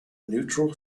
neutral